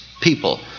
people